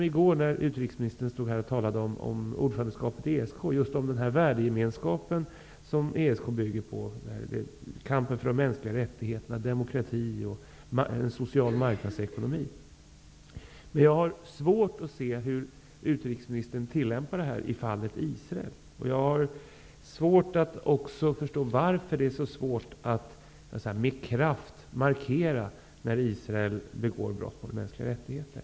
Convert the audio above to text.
I går när utrikesministern här i kammaren talade om ordförandeskapet i ESK fäste jag mig vid det hon sade om den värdegemenskap som ESK bygger på -- kampen för de mänskliga rättigheterna, demokrati och en social marknadsekonomi. Jag har svårt att se hur utrikesministern tillämpar det i fallet Israel. Och jag har också svårt att förstå varför det är så svårt att med kraft markera när Israel begår brott mot mänskliga rättigheter.